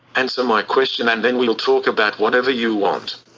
and so my question and then we'll talk about whatever you want.